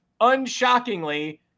unshockingly